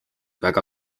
väga